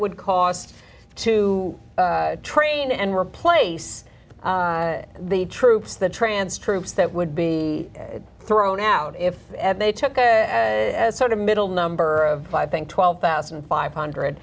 would cost to train and replace the troops the trance troops that would be thrown out if they took a sort of middle number of five think twelve thousand five hundred